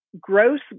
gross